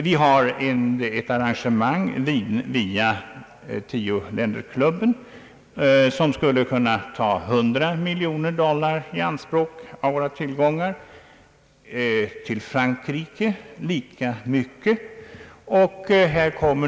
Vi har också ett arrangemang via tioländersklubben som skulle kunna ta i anspråk 100 miljoner dollar av våra tillgångar till Storbritannien, och lika mycket kan gå till Frankrike.